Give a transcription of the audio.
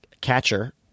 catcher